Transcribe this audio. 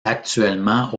actuellement